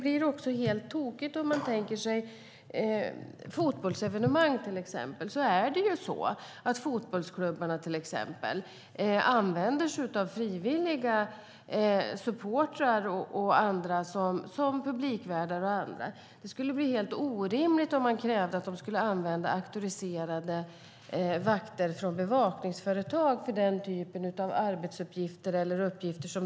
Vid till exempel ett fotbollsevenemang använder klubbarna frivilliga supportrar och andra som publikvärdar. Det skulle bli helt orimligt om man krävde att de skulle använda auktoriserade vakter från ett bevakningsföretag för den typen av arbetsuppgifter.